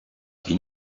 qui